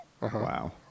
Wow